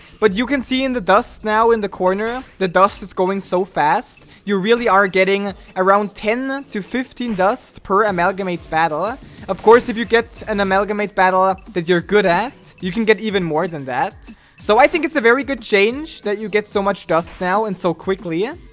but you can see in the dust now in the corner the dust is going so fast you really are getting around ten to fifteen dust per amalgamates battle ah of course if you get an amalgamate battle ah that you're good at you can get even more than that so i think it's a very good change that you get so much dust now and so quickly and